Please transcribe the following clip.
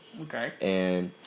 Okay